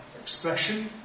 expression